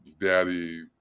daddy